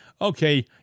okay